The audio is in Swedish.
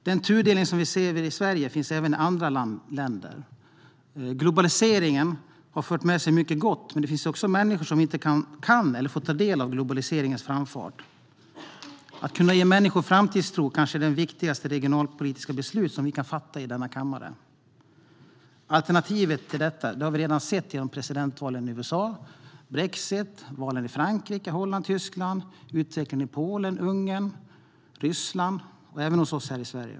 Den tudelning vi ser i Sverige finns även i andra länder. Globaliseringen har fört med sig mycket gott, men det finns också människor som inte kan eller får ta del av globaliseringens framfart. Att kunna ge människor framtidstro kanske är det viktigaste regionalpolitiska beslut vi kan fatta i denna kammare. Alternativet till detta har vi redan sett genom presidentvalet i USA, brexit, valen i Frankrike, Holland och Tyskland samt utvecklingen i Polen, Ungern och Ryssland. Vi har även sett det hos oss här i Sverige.